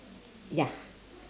ya